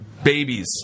Babies